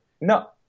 No